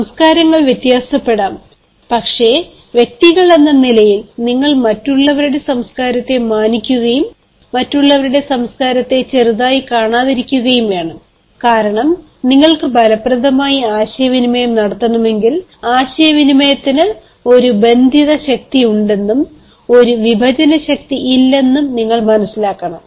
സംസ്കാരങ്ങൾ വ്യത്യാസപ്പെടാം പക്ഷേ വ്യക്തികളെന്ന നിലയിൽ നിങ്ങൾ മറ്റുള്ളവരുടെ സംസ്കാരത്തെ മാനിക്കുകയും മറ്റുള്ളവരുടെ സംസ്കാരത്തെ ചെറുതായി കാണാതിരിക്കുകയും വേണം കാരണം നിങ്ങൾക്ക് ഫലപ്രദമായി ആശയവിനിമയം നടത്തണമെങ്കിൽ ആശയവിനിമയത്തിന് ഒരു ബന്ധിത ശക്തിയുണ്ടെന്നും ഒരു വിഭജന ശക്തിയല്ലെന്നും നിങ്ങൾ മനസ്സിലാക്കണം